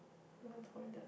I want go toilet